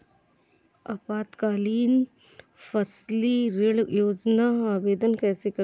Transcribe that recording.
अल्पकालीन फसली ऋण योजना का आवेदन कैसे करें?